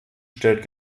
stellt